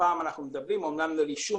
רישום